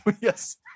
yes